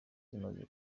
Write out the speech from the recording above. zimaze